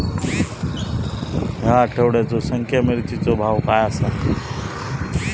या आठवड्याचो सुख्या मिर्चीचो भाव काय आसा?